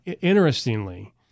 interestingly